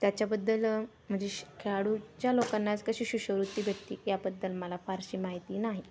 त्याच्याबद्दल म्हणजे श खेळाडूच्या लोकांनाच कशी शिष्यवृत्ती भेटते याबद्दल मला फारशी माहिती नाही